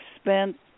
spent